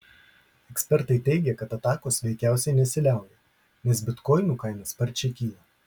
ekspertai teigia kad atakos veikiausiai nesiliauja nes bitkoinų kaina sparčiai kyla